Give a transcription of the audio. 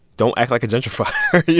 don't act like a gentrifier,